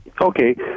Okay